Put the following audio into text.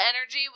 energy